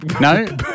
No